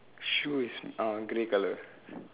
shoes is uh grey colour